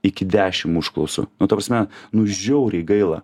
iki dešim užklausų nu ta prasme nu žiauriai gaila